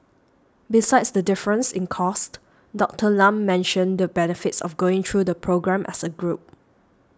besides the difference in cost Doctor Lam mentioned the benefits of going through the programme as a group